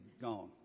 gone